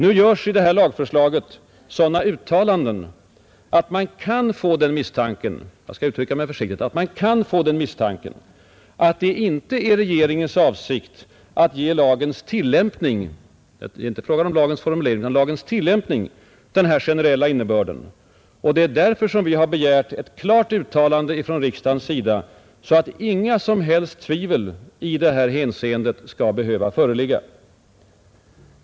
Nu görs i lagförslaget sådana uttalanden att man kan få den misstanken — jag skall uttrycka mig så försiktigt — att det inte är regeringens avsikt att ge lagens tillämpning, det är alltså inte fråga om lagens formulering, denna generella innebörd, och det är därför vi har begärt ett klart uttalande från riksdagens sida, så att inga som helst tvivel i detta hänseende skall behöva föreligga.